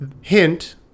Hint